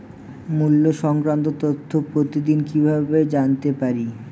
মুল্য সংক্রান্ত তথ্য প্রতিদিন কিভাবে জানতে পারি?